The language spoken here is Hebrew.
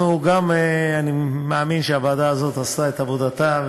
אני מאמין שהוועדה הזאת עשתה את עבודתה,